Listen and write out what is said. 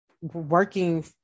working